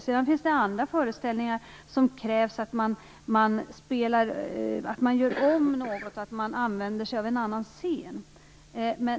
Det finns andra föreställningar där det krävs att man gör om, att man t.ex. använder sig av en annan scen.